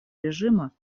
режима